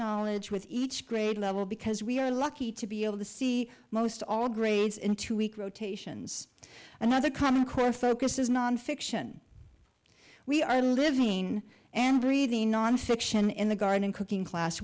knowledge with each grade level because we are lucky to be able to see most all grades in two week rotations another common core focus is nonfiction we are living and breathing nonfiction in the garden and cooking class